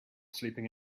sleeping